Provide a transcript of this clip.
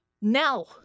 Now